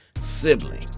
sibling